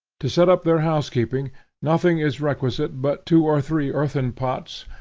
to set up their housekeeping nothing is requisite but two or three earthen pots,